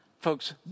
Folks